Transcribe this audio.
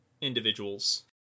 individuals